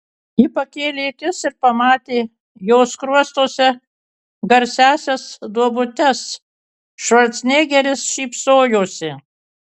ji pakėlė akis ir pamatė jo skruostuose garsiąsias duobutes švarcnegeris šypsojosi